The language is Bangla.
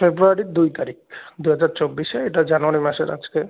ফেব্রুয়ারির দুই তারিখ দুহাজার চব্বিশে এটা জানুয়ারি মাসের আজকে